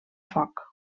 foc